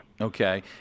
Okay